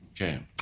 Okay